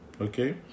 okay